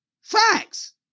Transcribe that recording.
Facts